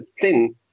thin